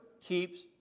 keeps